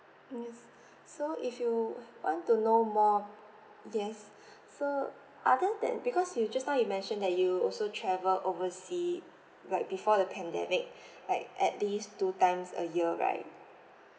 yes so if you want to know more yes so other than because you just now you mentioned that you also travel overseas like before the pandemic like at least two times a year right